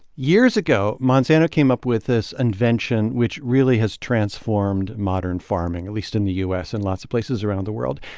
years ago, monsanto came up with this invention which really has transformed modern farming, at least in the u s. and lots of places around the world.